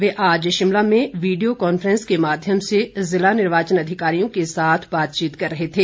वे आज शिमला में video conference के माध्यम से जिला निर्वाचन अधिकारियों के साथ बातचीत कर रहे थे